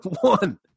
one